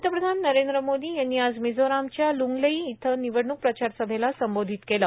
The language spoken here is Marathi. पंतप्रधान नरेंद्र मोदी यांनी आज मिजोरामच्या ल्ंगलेई इथं निवडणूक प्रचार सभेला संबोधित केलं